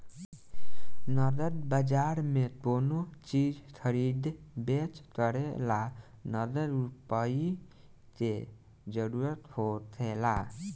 नगद बाजार में कोनो चीज खरीदे बेच करे ला नगद रुपईए के जरूरत होखेला